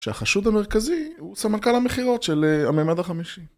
שהחשוד המרכזי הוא סמנכ"ל המכירות של הממד החמישי